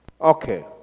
Okay